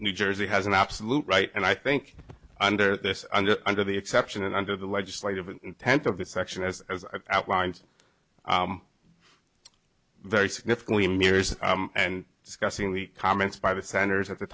new jersey has an absolute right and i think under this under under the exception and under the legislative intent of the section as outlined very significantly mirrors and discussing the comments by the centers at the